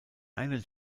einen